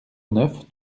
neuf